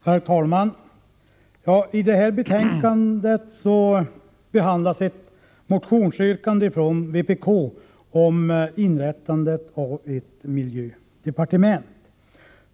Herr talman! I det här betänkandet behandlas ett motionsyrkande från vpk om inrättandet av ett miljödepartement.